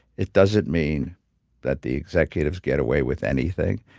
it doesn't mean that the executives get away with anything.